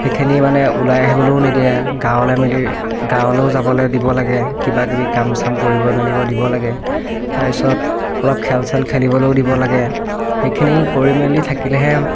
সেইখিনি মানে ওলাই আহিবলেও নিদিয়ে গাঁৱলৈ মেলি গাঁৱলৈও যাবলৈ দিব লাগে কিবা কিবি কাম চাম কৰিব মেলিব দিব লাগে তাৰপিছত অলপ খেল চেল খেলিবলৈও দিব লাগে সেইখিনি কৰি মেলি থাকিলেহে